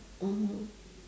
mmhmm